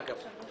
אגב.